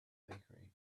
bakery